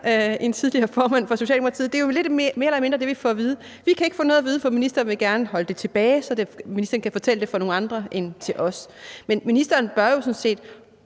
en tidligere formand for Socialdemokratiet: Der kommer en god løsning i morgen! Det er mere eller mindre det, vi får at vide. Vi kan ikke få noget at vide, for ministeren vil gerne holde det tilbage, så ministeren kan fortælle det til nogle andre end os. Men ministeren bør jo trods alt